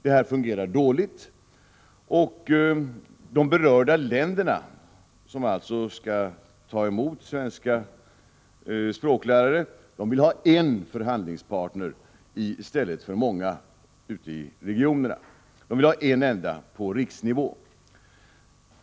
Detta fungerar dåligt, och de berörda länderna, som alltså skall ta emot svenska språklärare, vill ha en förhandlingspartner i stället för många olika ute i regionerna. De vill ha en enda på riksnivå.